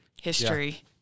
history